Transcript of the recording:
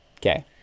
okay